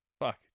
Fuck